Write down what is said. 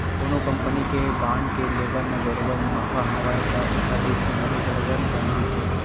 कोनो कंपनी के बांड के लेवब म बरोबर मुनाफा हवय त ओखर रिस्क घलो बरोबर बने रहिथे